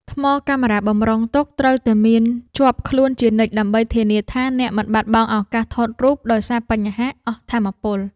ថ្មកាមេរ៉ាបម្រុង ត្រូវតែមានជាប់ខ្លួនជានិច្ច ដើម្បីធានាថាអ្នកមិនបាត់បង់ឱកាសថតរូបដោយសារបញ្ហាអស់ថាមពល។